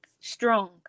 Strong